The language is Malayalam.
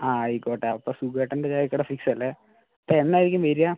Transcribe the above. ആ ആയിക്കോട്ടെ അപ്പോൾ സുകുവേട്ടൻ്റെ ചായക്കട ഫിക്സ് അല്ലേ അപ്പോൾ എന്നായിരിക്കും വരുക